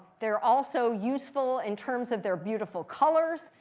they're also useful in terms of their beautiful colors.